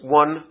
one